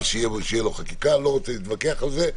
שתהיה לו חקיקה אני לא רוצה להתווכח על זה,